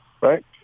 Right